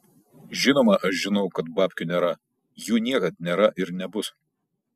žinoma aš žinau kad babkių nėra jų niekad nėra ir nebus